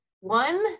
one